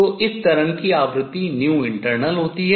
तो इस तरंग की आवृत्ति internal होती है